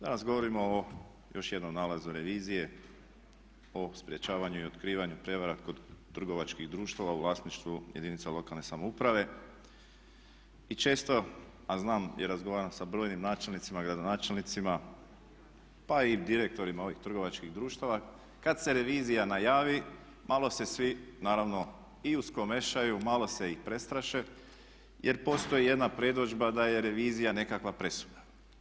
Danas govorimo o još jednom nalazu revizije o sprječavanju i otkrivanju prijevara kod trgovačkih društava u vlasništvu jedinica lokalne samouprave i često, a znam i razgovaram sa brojnim načelnicima, gradonačelnicima pa i direktorima ovih trgovačkih društava kad se revizija najavi malo se svi naravno i uskomešaju, malo se i prestraše jer postoji jedna predodžba da je revizija nekakva presuda.